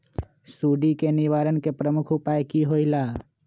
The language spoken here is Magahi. सुडी के निवारण के प्रमुख उपाय कि होइला?